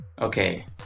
okay